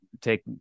take